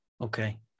okay